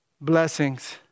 Blessings